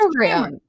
Instagram